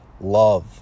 love